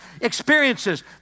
experiences